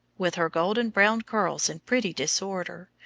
with her golden-brown curls in pretty disorder,